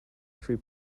three